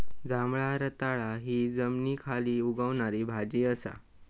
जांभळा रताळा हि जमनीखाली उगवणारी भाजी असा